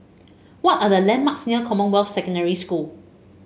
what are the landmarks near Commonwealth Secondary School